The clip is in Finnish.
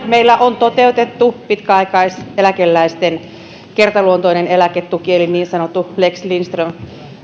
meillä on toteutettu pitkäaikaiseläkeläisten kertaluontoinen eläketuki eli niin sanottu lex lindström